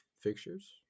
fixtures